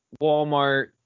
Walmart